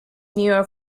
newer